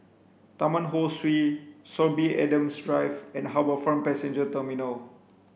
Taman Ho Swee Sorby Adams Drive and HarbourFront Passenger Terminal